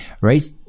right